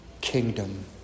kingdom